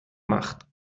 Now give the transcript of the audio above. macht